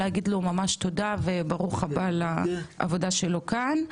תודה וברוך לעבודה שלך כאן.